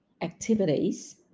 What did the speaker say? activities